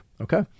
okay